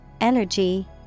energy